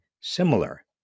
similar